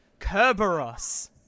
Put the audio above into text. Kerberos